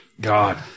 God